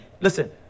Listen